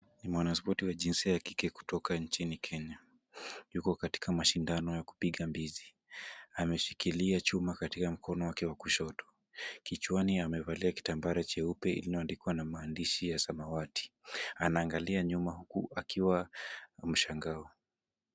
Ni mwanaspoti wa jinsia ya kike kutoka nchini Kenya. Yuko katika mashindano ya kupiga mbizi. Ameshikilia chuma katika mkono wake wa kushoto, kichwani amevalia kitambara cheupe inayoandikwa na maandishi ya samawati. Anaangalia nyuma huku akiwa na mshangao.